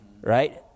right